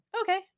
okay